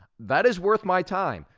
that is worth my time.